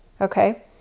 Okay